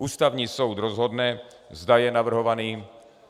Ústavní soud rozhodne, zda je navrhovaný